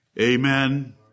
Amen